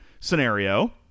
scenario